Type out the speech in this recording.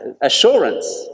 assurance